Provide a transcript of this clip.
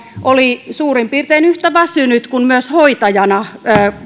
oli suurin piirtein yhtä väsynyt kuin hoitajana